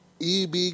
EB